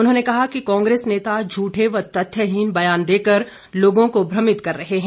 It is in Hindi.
उन्होंने कहा कि कांग्रेस नेता झूठे व तथ्यहीन व्यान देकर लोगों को भ्रमित कर रहे हैं